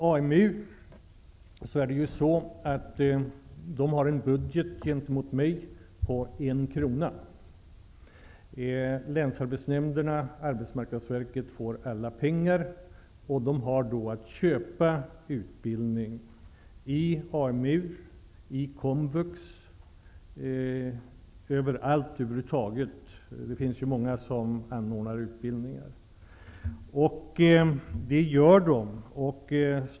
AMU har en budget i förhållande till mig på en krona. Länsarbetsnämnderna och arbetsmarknadsverket får nämligen alla pengar. De får köpa utbildning från AMU, Komvux och andra utbildningsanordnare.